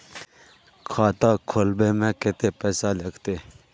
खाता खोलबे में कते पैसा लगते?